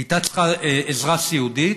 היא הייתה צריכה עזרה סיעודית,